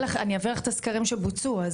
אני אעביר לך את הסקרים שבוצעו.